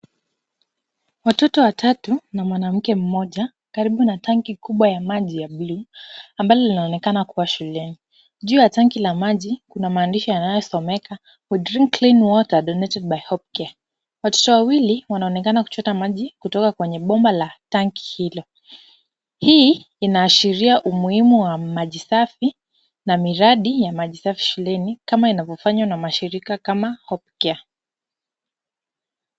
Watoto watatu na mwanamke mmoja karibu na tanki kubwa ya maji ya bluu, ambalo linaonekana kuwa shuleni. Juu la tanki la maji, kuna maandishi yanayosomeka, we drink clean water donated by Hopcare . Watoto wawili wanaonekana kuchota maji kutoka kwenye bomba la tanki hilo. Hii inaashiria umuhimu wa maji safi na miradi ya maji safi shuleni, kama inavyofanywa na mashirika kama Hopcare.